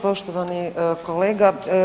Poštovani kolega.